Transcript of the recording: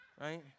right